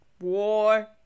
war